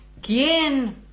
¿Quién